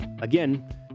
Again